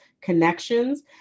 connections